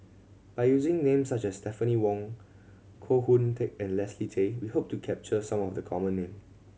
by using names such as Stephanie Wong Koh Hoon Teck and Leslie Tay we hope to capture some of the common name